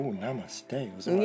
namaste